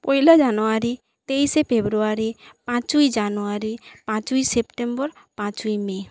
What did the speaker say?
পয়লা January তেইশে February পাঁচই January পাঁচই সেপ্টেম্বর পাঁচই মে